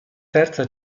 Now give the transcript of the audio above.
terza